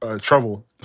Trouble